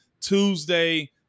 Tuesday